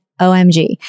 OMG